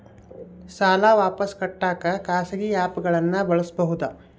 ಸಾಲ ವಾಪಸ್ ಕಟ್ಟಕ ಖಾಸಗಿ ಆ್ಯಪ್ ಗಳನ್ನ ಬಳಸಬಹದಾ?